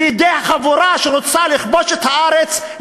בידי החבורה שרוצה לכבוש את הארץ,